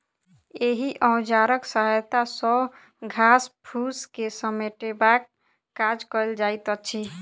एहि औजारक सहायता सॅ घास फूस के समेटबाक काज कयल जाइत अछि